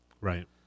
Right